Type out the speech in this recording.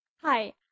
Hi